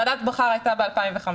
ועדת בכר הייתה ב-2005.